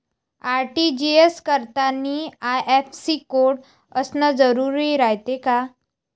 RTGS करतांनी IFSC code असन जरुरी रायते का?